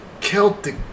Celtic